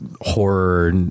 horror